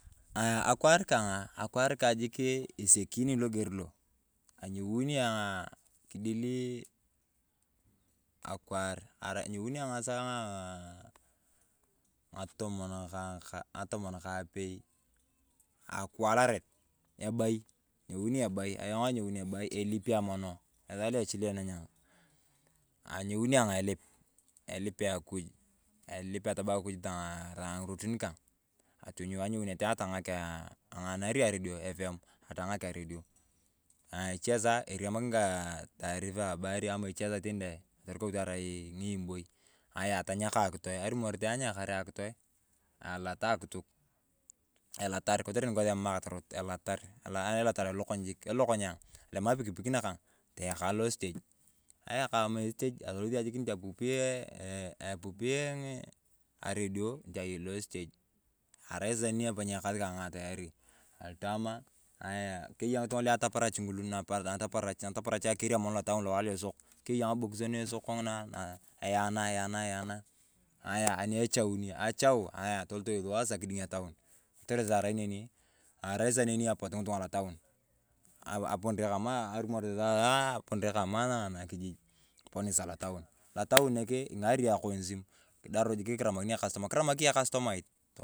Ayaa akwaar kang, akwaar kang jikii isekini loger lo. Anyauni aah kidel akwaar, anyaini ayong ng’asaa ng’atomon kaapei akiwalaret ebay. Anyauni ayong ng’asaa ng’atomon kaapei akiwaralet ebay. Anyouni ayong ebay, ebay elipi ayong mono. Esaa lo echilea nanyang. anyouni ayong elip, elipi ayong akij, elip atama akuj tong’aa ng’irotin kang. Ang’aanari ayong aredio efuem. Echee saa erimakin kaa taarifaa kori atorikau arai ng’iimboi. Ayaa atonyakaa akitoe, arumon elataa akita. Elatar kotere nikosi emam akatorot. Elatar ayong elokony ayong, atolem apikpik nakang atolot losteg. Ayakang lowae lo esteg apipii aredio arai sasaa neni epany ayong ekas kang keya ng’itung’a lu achaparach akeri mono ayong lotaun lowae lo esok, keya ng’abokusio kong’ina ayana ayana. Ayaa aniechauni, ayaa achau ayaa toloto sua kiding etaun kotere sasaa arai neni, arai sasaa neni apot ng’itung’a lotaun. Aponere kaamaa arumor aponere kaamaa poon sasaa lotaun. Lotaun nekee ing’aring yong akasim kidaru aramuni ekastomait.